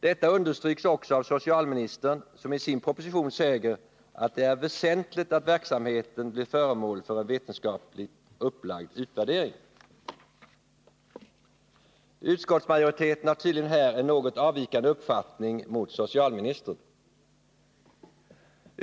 Detta understryks också av socialministern, som i sin proposition säger att det är väsentligt att verksamheten blir föremål för en vetenskapligt upplagd utvärdering. Utskottsmajoriteten har tydligen här en något avvikande uppfattning mot socialministern.